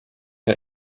der